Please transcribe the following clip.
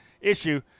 issue